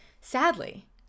sadly